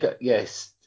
yes